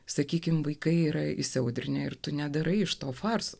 sakykime vaikai yra įsiaudrinę ir tu nedarai iš to farso